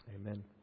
Amen